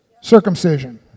Circumcision